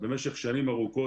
במשך שנים ארוכות,